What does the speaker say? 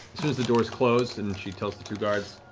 soon as the doors close, and she tells the two guards,